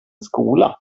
skola